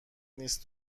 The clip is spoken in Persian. نیست